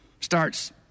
starts